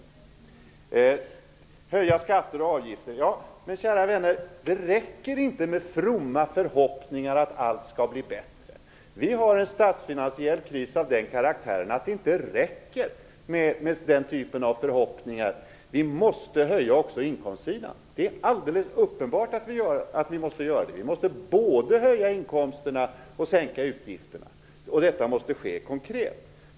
Vad gäller höjningar av skatter och avgifter vill jag säga, kära vänner, att det inte räcker med fromma förhoppningar om att allt skall bli bättre. Vi har en statsfinansiell kris av den karaktären att den typen av förhoppningar inte räcker. Det är alldeles uppenbart att vi också måste utöka inkomstsidan. Vi måste både höja inkomsterna och sänka utgifterna, och det måste göras konkret.